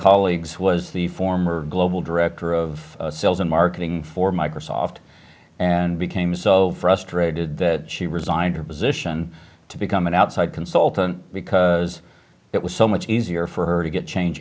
colleagues was the former global director of sales and marketing for microsoft and became so frustrated that she resigned her position to become an outside consultant because it was so much easier for her to get change